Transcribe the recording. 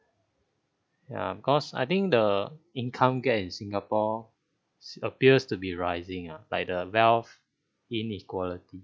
ya because I think the income gap in singapore appears to be rising ah like the wealth inequality